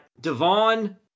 Devon